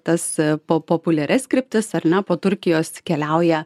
tas po populiarias kryptis ar ne po turkijos keliauja